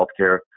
healthcare